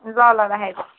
ल ल राखेको